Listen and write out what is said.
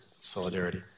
solidarity